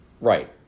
Right